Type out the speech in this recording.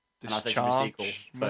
Discharge